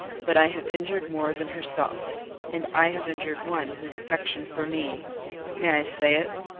but i have injured more than herself and i have injured one, whose affection for me may i say it?